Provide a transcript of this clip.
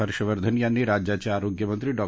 हर्षवर्धन यांनी राज्याच ििरोग्यामंत्री डॉ